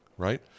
right